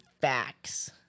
facts